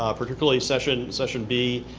um particularly session session b,